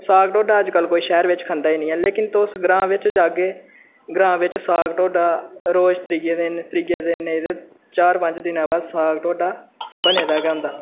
साग ढोड्डा अज्ज कल कोई शैह्र बिच खंदा गै नेईं ऐ लेकिन तुस ग्रांऽ बिच जाह्गे ग्रांऽ बिच साग ढोड्डा रोज त्रियै दिन त्रियै दिन नेईं ते चार पंज दिनै बाद साग ढोड्डा बने दा गै होंदा